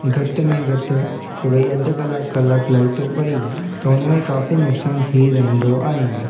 घटि में घटि खे त भई अधु कलाक कलाकु लाइट वई त उन में काफ़ी नुक़सान थी रहींदो आहे